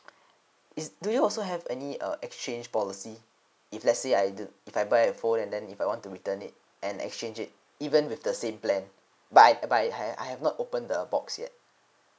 is do you also have any uh exchange policy if let's say I do if I buy a phone and then if I want to return it and exchange it even with the same plan but I buy I have I have not opened the box yet